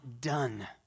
done